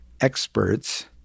experts